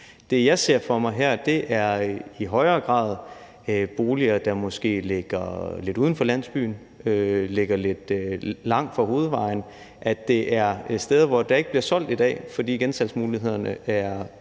som jeg ser for mig her, er i højere grad de boliger, som måske ligger lidt uden for landsbyen, som ligger lidt langt fra hovedvejen, altså de steder, hvor der ikke bliver solgt i dag, fordi gensalgsmulighederne er